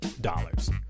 dollars